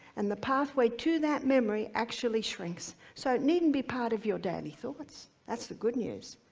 and the pathway to that memory actually shrinks, so it needn't be part of your daily thoughts. that's the good news.